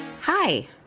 Hi